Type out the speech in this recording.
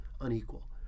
unequal